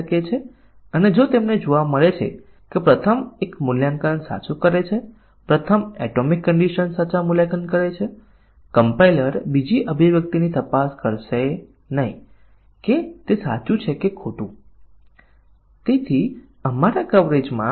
'If' માટેની આ સ્થિતિ સાચી અને ખોટી બંને છે તો આપણે જરૂર પડશે કે પરીક્ષણના કેસો આ અભિવ્યક્તિને સાચા અને ખોટા બને અને આ અભિવ્યક્તિ સાચી અને ખોટી બને અને પછી કહીશું કે શાખા કવરેજ પ્રાપ્ત થયુ છે